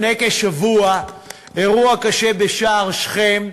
לפני כשבוע היה אירוע קשה בשער שכם: